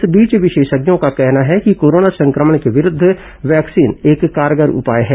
इस बीच विशेषज्ञों का कहना है कि कोरोना संक्रमण के विरूद्ध वैक्सीन एक कारगर उपाय है